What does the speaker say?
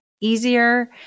easier